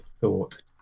thought